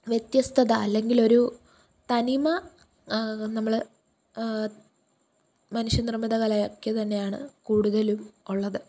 വ്യത്യസ്തത അല്ലെങ്കിൽ ഒരു തനിമ നമ്മൾ മനുഷ്യ നിർമ്മിത കലയ്ക്ക് തന്നെയാണ് കൂടുതലും ഉള്ളത്